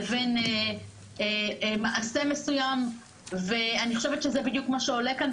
לבין מעשה מסוים ואני חושבת שזה בדיוק מה שעולה כאן,